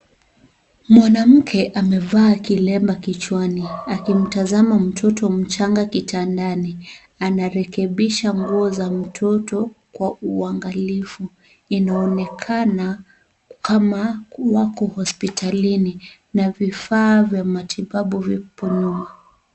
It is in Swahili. Mwanamke amevaa kilemba kichwani akimtazama mtoto mchanga kitandani. Anarekebisha nguo za mtoto kwa uangalifu, inaonekana kama wako hospitalini na vifaa vya matibabu vipo nyuma.